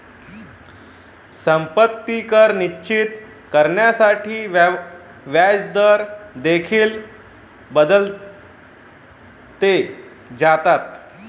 संपत्ती कर निश्चित करण्यासाठी व्याजदर देखील बदलले जातात